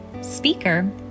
speaker